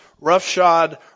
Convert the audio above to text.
roughshod